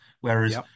whereas